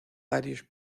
varios